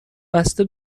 بسته